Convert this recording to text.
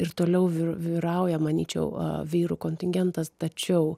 ir toliau vyrauja manyčiau vyrų kontingentas tačiau